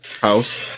house